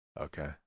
Okay